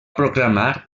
proclamar